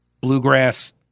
bluegrass